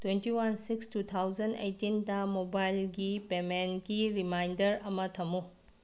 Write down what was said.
twenty one six two thousand ꯑꯩꯠꯇꯤꯟꯗ ꯃꯣꯕꯥꯏꯜꯒꯤ ꯄꯦꯃꯦꯟꯒꯤ ꯔꯤꯃꯥꯏꯟꯗꯔ ꯑꯃ ꯊꯝꯃꯨ